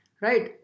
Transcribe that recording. Right